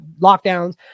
lockdowns